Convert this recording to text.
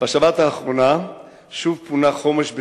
בשבת האחרונה שוב פונה חומש בשבת,